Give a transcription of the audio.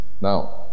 Now